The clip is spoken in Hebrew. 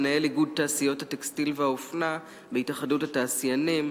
מנהל איגוד תעשיות הטקסטיל והאופנה בהתאחדות התעשיינים,